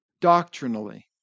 doctrinally